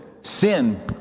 sin